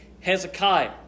Hezekiah